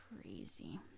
crazy